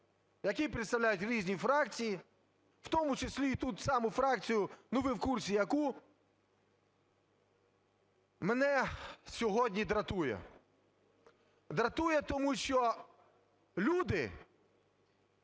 які представляють різні фракції, в тому числі і ту саму фракцію (ну, ви в курсі яку), мене сьогодні дратує, дратує, тому що люди,